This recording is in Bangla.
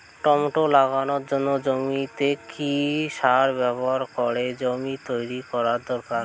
টমেটো লাগানোর জন্য জমিতে কি সার ব্যবহার করে জমি তৈরি করা দরকার?